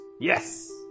Yes